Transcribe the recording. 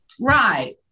Right